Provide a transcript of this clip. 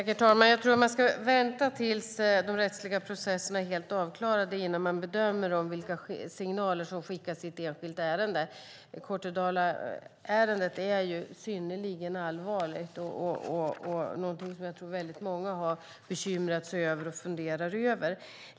Herr talman! Jag tror att man ska vänta till dess att de rättsliga processerna är helt avklarade innan man bedömer vilka signaler som skickas i ett enskilt ärende. Kortedalaärendet är synnerligen allvarligt och någonting som jag tror att väldigt många har bekymrat sig över och funderar över.